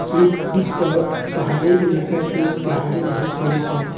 ई सब पहाड़ी इलाका के पहाड़ी भईस होली सन